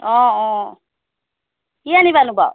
অঁ অঁ কি আনিবানো বাৰু